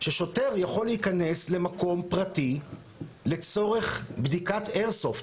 ששוטר יכול להיכנס למקום פרטי לצורך בדיקת איירסופט.